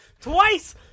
Twice